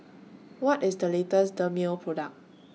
What IS The latest Dermale Product